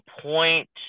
point